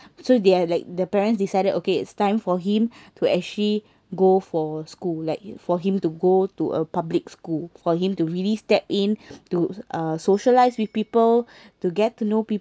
so they are like the parents decided okay it's time for him to actually go for school like for him to go to a public school for him to really step in to uh socialise with people to get to know